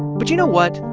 but you know what?